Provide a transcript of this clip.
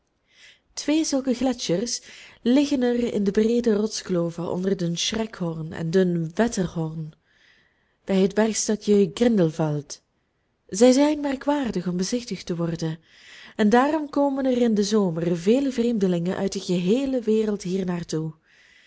twee zulke gletschers liggen er in de breede rotskloven onder den schreckhorn en den wetterhorn bij het bergstadje grindelwald zij zijn merkwaardig om bezichtigd te worden en daarom komen er in den zomer vele vreemdelingen uit de geheele wereld hier naar toe